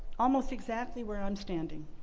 almost exactly where i'm standing,